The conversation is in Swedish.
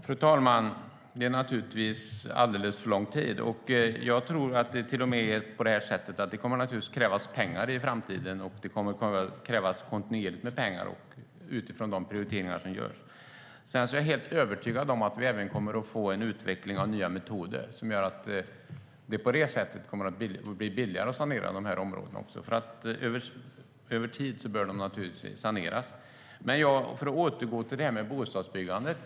Fru talman! Det är naturligtvis alldeles för lång tid. Jag tror att det kommer att krävas pengar i framtiden, och det kommer att krävas kontinuerligt med pengar utifrån de prioriteringar som görs. Jag är helt övertygad om att vi även kommer att få en utveckling av nya metoder som gör att det på det sättet kommer att bli billigare att sanera områdena. Över tid bör de naturligtvis saneras. Låt oss återgå till frågan om bostadsbyggandet.